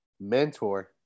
mentor